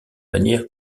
manière